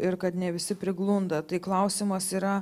ir kad ne visi priglunda tai klausimas yra